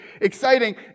exciting